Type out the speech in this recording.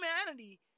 Humanity